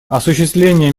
осуществление